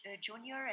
junior